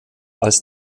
als